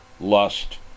lust